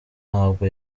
ntabwo